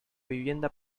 vivienda